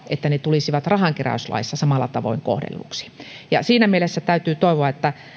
tulisivat rahankeräyslaissa samalla tavoin kohdelluiksi siinä mielessä täytyy toivoa että